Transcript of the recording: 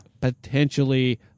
potentially